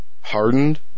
hardened